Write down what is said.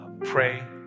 pray